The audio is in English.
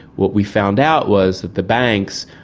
what we found out was that the banks,